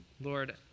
Lord